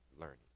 learning